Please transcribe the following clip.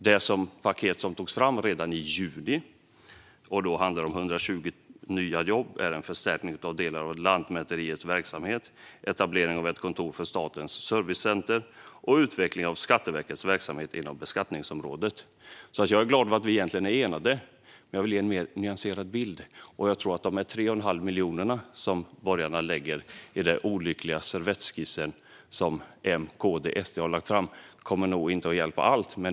Det paket som togs fram redan i juni och då handlade om 120 nya jobb innebär en förstärkning av delar av Lantmäteriets verksamhet, etablering av ett kontor för Statens servicecenter och utveckling av Skatteverkets verksamhet inom beskattningsområdet. Jag är glad över att vi egentligen är enade, men jag vill ge en mer nyanserad bild. Jag tror dessutom att de 3 1⁄2 miljoner som borgarna lägger i den olyckliga servettskiss som M, KD och SD har lagt fram inte kommer att hjälpa till med allt.